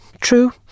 True